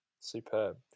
superb